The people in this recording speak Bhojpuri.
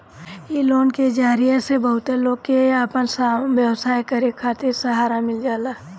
इ लोन के जरिया से बहुते लोग के आपन व्यवसाय करे खातिर सहारा मिल जाता